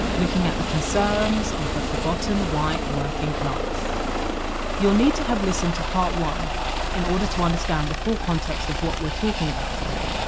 looking at the concerns of the forgotten white working class you'll need to have listened to part one in order to understand the full context of what we're talking about today,